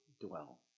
Dwell